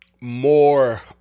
more